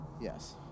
Yes